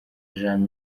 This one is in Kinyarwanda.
jean